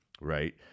right